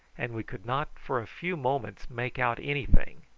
and we could not for a few moments make out anything.